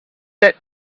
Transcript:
that